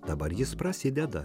dabar jis prasideda